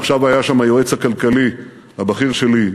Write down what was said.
עכשיו היה שם היועץ הכלכלי הבכיר שלי,